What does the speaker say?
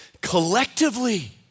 collectively